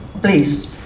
please